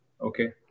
Okay